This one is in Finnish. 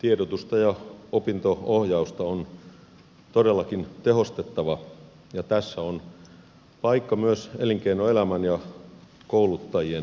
tiedotusta ja opinto ohjausta on todellakin tehostettava ja tässä on paikka myös elinkeinoelämän ja kouluttajien yhteistyölle